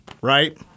right